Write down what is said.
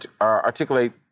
articulate